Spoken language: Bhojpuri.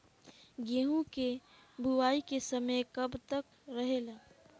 गेहूँ के बुवाई के समय कब तक रहेला?